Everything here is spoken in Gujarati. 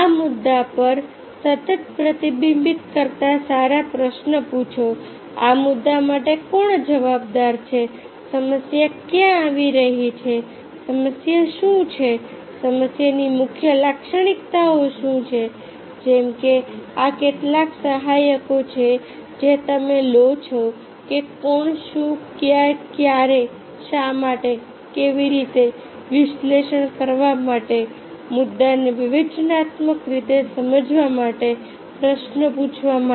આ મુદ્દા પર સતત પ્રતિબિંબિત કરતા સારા પ્રશ્નો પૂછો આ મુદ્દા માટે કોણ જવાબદાર છે સમસ્યા ક્યાં આવી રહી છે સમસ્યા શું છે સમસ્યાની મુખ્ય લાક્ષણિકતાઓ શું છે જેમ કે આ કેટલાક સહાયકો છે જે તમે લો છો કોણ શું ક્યાં ક્યારે શા માટે કેવી રીતે વિશ્લેષણ કરવા માટે મુદ્દાને વિવેચનાત્મક રીતે સમજવા માટે પ્રશ્નો પૂછવા માટે